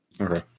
Okay